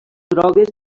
grogues